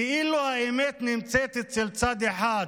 כאילו האמת נמצאת אצל צד אחד,